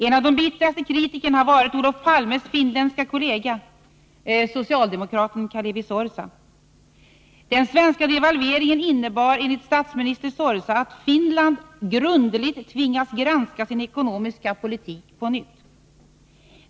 En av de bittraste kritikerna har varit Olof Palmes finländske kollega, socialdemokraten Kalevi Sorsa. Den svenska devalveringen innebar enligt statsminister Sorsa att Finland ”grundligt tvingas granska sin ekonomiska politik på nytt”.